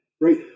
right